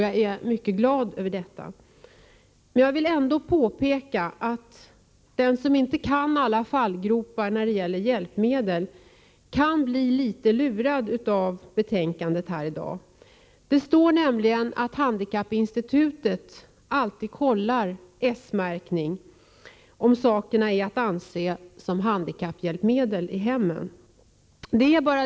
Jag är mycket glad över detta. Jag vill ändå påpeka att den som inte känner till alla fallgropar när det gäller hjälpmedel kan bli litet lurad av betänkandet. Det står nämligen att handikappinstitutet alltid kontrollerar S-märkning om sakerna är att anses som handikapphjälpmedel i hemmen.